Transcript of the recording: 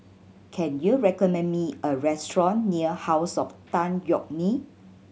can you recommend me a restaurant near House of Tan Yeok Nee